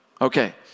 Okay